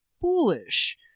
foolish